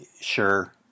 sure